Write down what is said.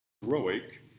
heroic